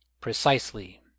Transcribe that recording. precisely